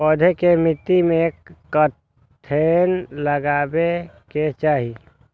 पौधा के मिट्टी में कखेन लगबाके चाहि?